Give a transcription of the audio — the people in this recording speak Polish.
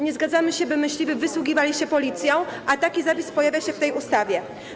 Nie zgadzamy się, żeby myśliwi wysługiwali się Policją, a taki zapis pojawia się w tej ustawie.